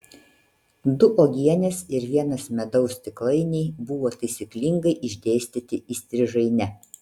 du uogienės ir vienas medaus stiklainiai buvo taisyklingai išdėstyti įstrižaine